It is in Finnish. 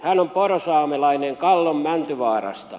hän on porosaamelainen kallon mäntyvaarasta